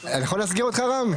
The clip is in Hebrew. אני יכול להסגיר אותך רם?